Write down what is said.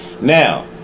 now